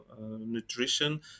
nutrition